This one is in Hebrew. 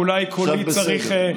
עכשיו בסדר.